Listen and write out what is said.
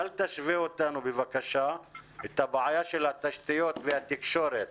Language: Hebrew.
אל תשווה את הבעיה של התשתיות והתקשורת